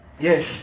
Yes